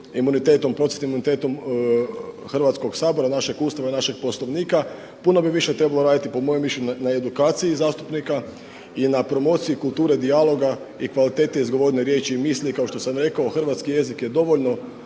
imunitetom Hrvatskog sabora, našeg Ustava i našeg Poslovnika. Puno bi više trebalo raditi po mojem mišljenju na edukaciji zastupnika i na promociji kulture dijaloga i kvalitete izgovorene riječi i misli. I kao što sam rekao hrvatski jezik je dovoljno